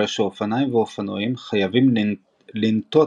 הרי שאופניים ואופנועים חייבים לנטות